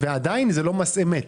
ועדיין זה לא מס אמת.